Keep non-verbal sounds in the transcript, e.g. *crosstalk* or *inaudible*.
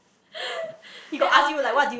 *noise* then I will